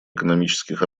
экономических